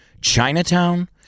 Chinatown